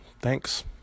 Thanks